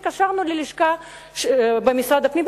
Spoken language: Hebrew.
והתקשרנו ללשכה במשרד הפנים,